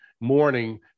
morning